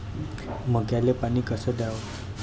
मक्याले पानी कस द्याव?